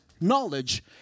knowledge